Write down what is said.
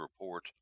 report